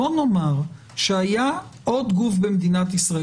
בוא נאמר שהיה עוד גוף במדינת ישראל,